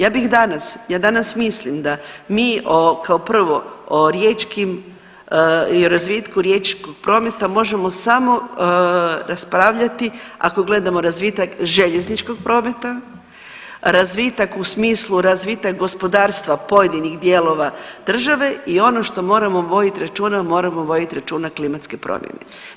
Ja bih danas, ja danas mislim da mi kao prvo o riječkim i o razvitku riječkog prometa možemo samo raspravljati ako gledamo razvitak željezničkog prometa, razvitak u smislu razvitak gospodarstva pojedinih dijelova države i ono što moramo voditi računa, moramo voditi računa klimatske promjene.